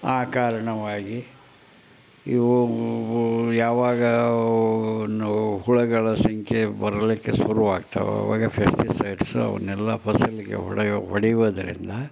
ಆ ಕಾರಣವಾಗಿ ಇವು ಯಾವಾಗ ಒಂದು ಹುಳುಗಳ ಸಂಖ್ಯೆ ಬರಲಿಕ್ಕೆ ಶುರು ಆಗ್ತವೆ ಅವಾಗ ಫೆಸ್ಟಿಸೈಡ್ಸ್ ಅವನ್ನೆಲ್ಲ ಫಸಲಿಗೆ ಹೊಡೆಯೋ ಹೊಡೆಯುವುದರಿಂದ